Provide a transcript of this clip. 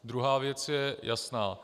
Druhá věc je jasná.